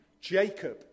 Jacob